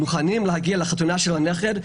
הם רוצים להגיע לחתונה של הנכד,